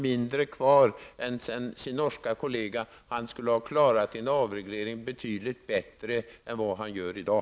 mindre kvar än sin norske kollega skulle ha klarat en avreglering betydligt bättre än vad han gör i dag.